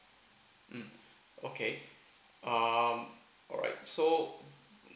mm okay um alright so